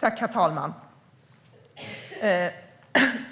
Herr talman!